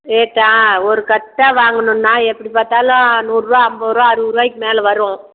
ரேட்டா ஒரு கட்டாக வாங்கணுன்னால் எப்படி பார்த்தாலும் நூறுரூவா ஐம்பது ரூவா அறுபது ரூபாய்க்கு மேலே வரும்